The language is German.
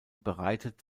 bereitet